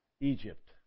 Egypt